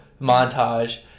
montage